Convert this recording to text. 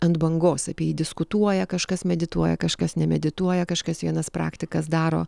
ant bangos apie jį diskutuoja kažkas medituoja kažkas nemedituoja kažkas vienas praktikas daro